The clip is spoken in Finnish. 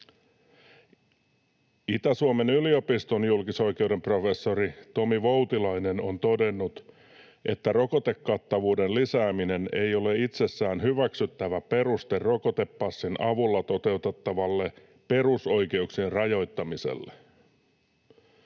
Itä-Suomen yliopiston julkisoikeuden professori Tomi Voutilainen on todennut, että rokotekattavuuden lisääminen ei ole itsessään hyväksyttävä peruste rokotepassin avulla toteutettavalle perusoikeuksien rajoittamiselle.